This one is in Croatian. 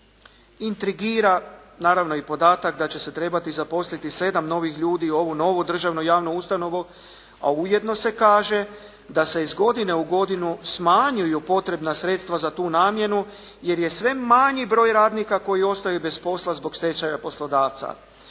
Intrigira naravno i podatak da će se trebati zaposliti 7 novih ljudi u ovu novu državnu javnu ustanovu a ujedno se kaže da se iz godine u godinu smanjuju potrebna sredstva za tu namjenu jer je sve manji broj radnika koji ostaju bez posla zbog stečaja poslodavca.